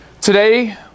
Today